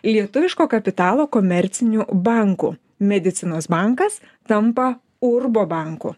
lietuviško kapitalo komercinių bankų medicinos bankas tampa urbo banku